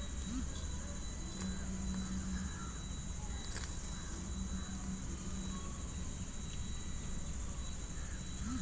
ಮೆರಕೋಲು ನಾಲ್ಕು ಅಡಿ ಉದ್ದವಿರುವ ಶಾಮೆ ಗಳಕ್ಕೆ ಕಬ್ಬಿಣದ ಕೊಕ್ಕೆ ಜೋಡಿಸಿರ್ತ್ತಾರೆ